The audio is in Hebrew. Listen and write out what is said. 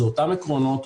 אלו אותם עקרונות,